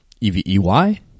E-V-E-Y